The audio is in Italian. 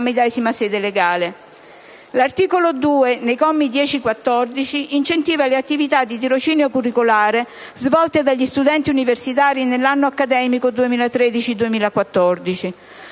L'articolo 2, nei commi 10-14, incentiva le attività di tirocinio curriculare svolte dagli studenti universitari nell'anno accademico 2013‑2014.